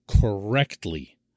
correctly